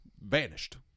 vanished